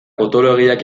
potoloegiak